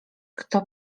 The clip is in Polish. kto